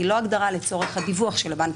היא לא הגדרה לצורך הדיווח של הבנק,